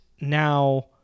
now